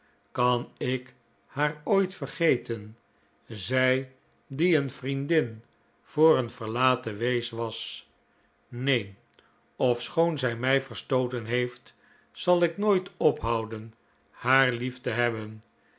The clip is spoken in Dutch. kan ik haar ooit vergeten zij die een vriendin voor een verlaten wees was neen ofschoon zij mij verstooten heeft zal ik nooit ophouden haar lief te hebben